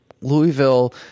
Louisville